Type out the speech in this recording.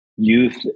youth